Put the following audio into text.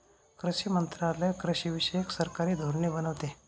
कृषी मंत्रालय कृषीविषयक सरकारी धोरणे बनवते